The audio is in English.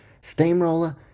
Steamroller